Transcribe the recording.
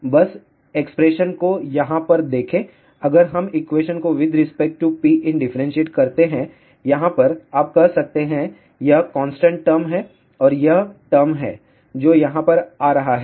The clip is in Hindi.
तो बस एक्सप्रेशन को यहां पर देखें अगर हम एक्वेशन को with respect to Pin differentiate करते हैं यहाँ पर आप कह सकते हैं यह कांस्टेंट टर्म है और यह टर्म है जो यहाँ पर आ रहा है